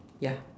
ya